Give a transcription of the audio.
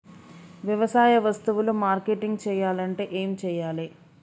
వ్యవసాయ వస్తువులు మార్కెటింగ్ చెయ్యాలంటే ఏం చెయ్యాలే?